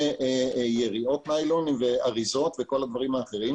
יריעות ניילון ואריזות וכל הדברים האחרים.